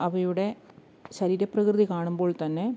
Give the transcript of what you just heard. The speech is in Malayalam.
അവയുടെ ശരീര പ്രകൃതി കാണുമ്പോൾ തന്നെ